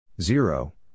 zero